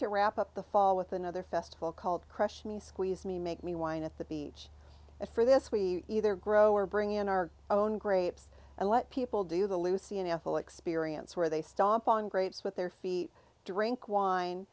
to wrap up the fall with another festival called crush me squeeze me make me wine at the beach and for this we either grow or bring in our own grapes and let people do the lucy and ethel experience where they stomp on grates with their feet drink wine